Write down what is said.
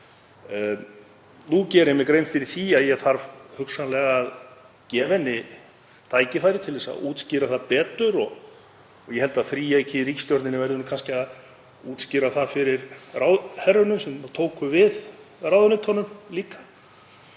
Nú geri ég mér grein fyrir því að ég þarf hugsanlega að gefa henni tækifæri til að útskýra það betur og ég held að þríeykið í ríkisstjórninni verði kannski líka að útskýra það fyrir ráðherrunum sem tóku við ráðuneytunum.